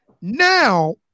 now